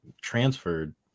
transferred